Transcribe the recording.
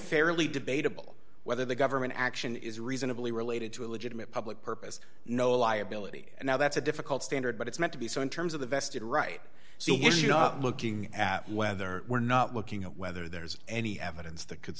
fairly debatable whether the government action is reasonably related to a legitimate public purpose no liability now that's a difficult standard but it's meant to be so in terms of the vested right so you know looking at whether we're not looking at whether there's any evidence that could